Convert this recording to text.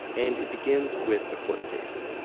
and it begins with a court case.